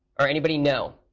or anybody know